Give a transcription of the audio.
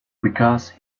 because